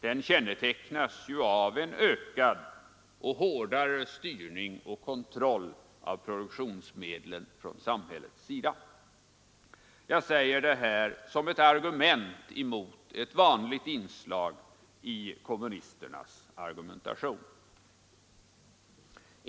Den kännetecknas ju av en ökad och hårdare styrning och kontroll av produktionsmedlen från samhällets sida. Jag säger detta som ett argument mot ett vanligt inslag i kommunisternas argumentation.